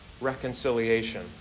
reconciliation